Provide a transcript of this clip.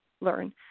learn